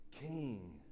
king